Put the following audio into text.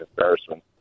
embarrassment